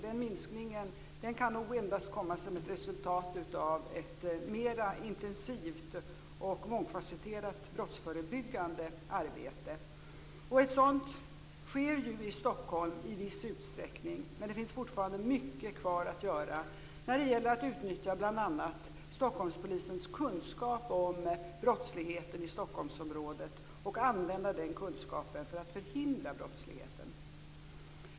Den minskningen kan nog endast uppkomma som ett resultat av ett mera intensivt och mångfasetterat brottsförebyggande arbete. Och ett sådant sker ju i viss utsträckning i Stockholm, men det finns fortfarande mycket kvar att göra bl.a. när det gäller att använda Stockholmspolisens kunskap om brottsligheten i Stockholmsområdet till att förhindra brottsligheten.